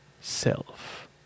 self